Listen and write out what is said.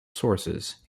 sources